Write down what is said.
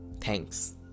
Thanks